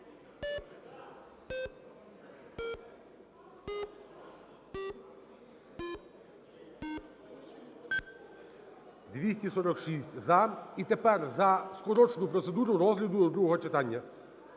За-246 І тепер за скорочену процедуру розгляду до другого читання.